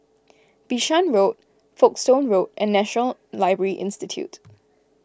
Bishan Road Folkestone Road and National Library Institute